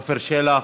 עפר שלח,